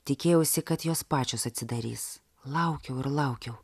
tikėjausi kad jos pačios atsidarys laukiau ir laukiau